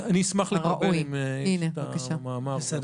אני אשמח לקבל את המאמר הזה.